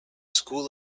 school